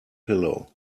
pillow